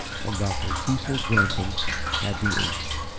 and dr. cecil granthum had the ace.